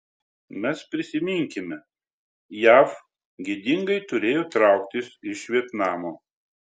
mes prisiminkime jav gėdingai turėjo trauktis iš vietnamo